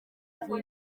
kabiri